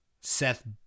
Seth